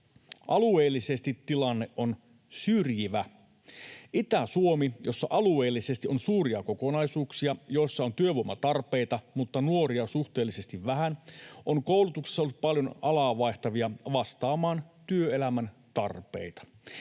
Alueellisesti tilanne on syrjivä. Itä-Suomi, jossa alueellisesti on suuria kokonaisuuksia, jossa on työvoimatarpeita mutta nuoria suhteellisesti vähän, on koulutuksessa ollut paljon alaa vaihtavia vastaamaan työelämän tarpeita.